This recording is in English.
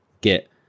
Get